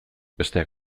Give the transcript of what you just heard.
besteak